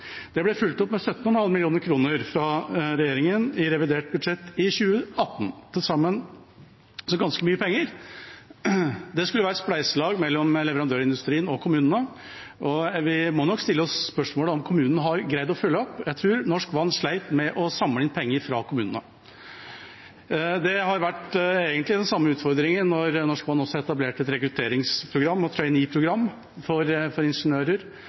det ble fulgt opp med 17,5 mill. kr fra regjeringen i revidert budsjett i 2018 – til sammen ganske mye penger. Det skulle være et spleiselag mellom leverandørindustrien og kommunene, og vi må nok stille oss spørsmålet om kommunene har greid å følge opp. Jeg tror Norsk Vann slet med å samle inn penger fra kommunene. Det har egentlig vært den samme utfordringen etter at Norsk Vann etablerte et rekrutteringsprogram og traineeprogram for ingeniører.